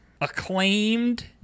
acclaimed